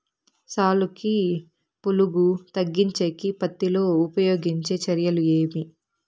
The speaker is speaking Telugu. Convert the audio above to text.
సాలుకి పులుగు తగ్గించేకి పత్తి లో ఉపయోగించే చర్యలు ఏమి?